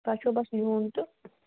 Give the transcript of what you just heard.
تۄہہِ چھُو بَس یُن تہٕ